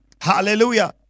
Hallelujah